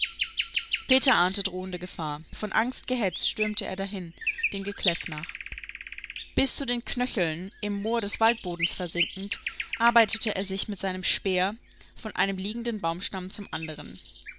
peter ahnte drohende gefahr von angst gehetzt stürmte er dahin dem gekläff nach bis zu den knöcheln im moor des waldbodens versinkend arbeitete er sich mit seinem speer von einem liegenden baumstamm zum anderen